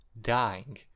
dying